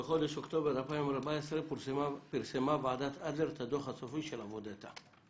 בחודש אוקטובר 2014 פרסמה ועדת אדלר את הדו"ח הסופי של עבודתה.